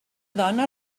dona